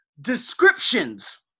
descriptions